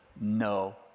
no